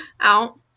out